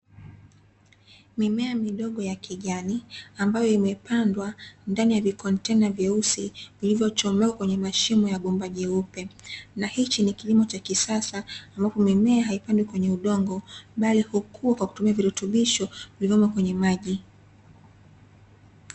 Mimea midogo ya kijani ambayo imepandwa ndani ya vikontena vyeusi vilivyochomelewa kwenye mashimo ya bomba jeupe na hichi ni kilimo cha kisasa ambapo mimea haipandi kwenye udongo, bali hukua kwa kutumia virutubisho vilivyomo kwenye maji.